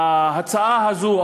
ההצעה הזאת,